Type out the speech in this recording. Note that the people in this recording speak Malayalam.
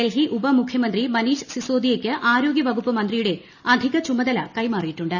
ഡിൽഹി ഉപമുഖ്യമന്ത്രി മനീഷ് സിസോദിയയ്ക്ക് ആരോഗ്യവകുപ്പ് മന്ത്രിയുടെ അധിക ചുമതല കൈമാറിയിട്ടുണ്ട്